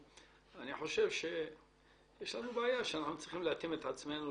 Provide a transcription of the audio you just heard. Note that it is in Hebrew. אני חושב שיש לנו בעיה שאנחנו צריכים להתאים את עצמנו